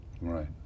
Right